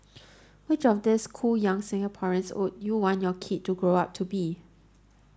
which of these cool young Singaporeans would you want your kid to grow up to be